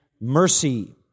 mercy